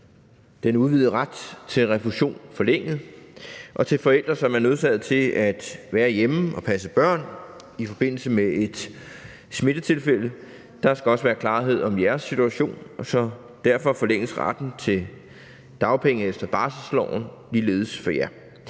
den udvidede ret til refusion forlænget. Og forældre, som er nødsaget til at være hjemme og passe børn i forbindelse med et smittetilfælde: Der skal også være klarhed om jeres situation, så derfor forlænges retten til dagpenge efter barselsloven ligeledes for jer.